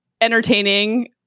entertaining